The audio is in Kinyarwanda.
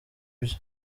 byo